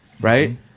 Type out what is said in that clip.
right